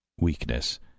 Weakness